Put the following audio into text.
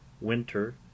Winter